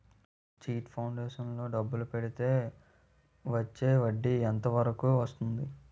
Chit funds లో డబ్బులు పెడితే చేస్తే వడ్డీ ఎంత వరకు వస్తుంది?